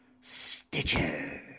Stitcher